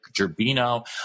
Gerbino